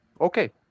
Okay